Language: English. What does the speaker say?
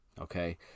okay